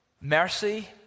Mercy